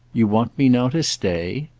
you want me now to stay?